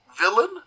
villain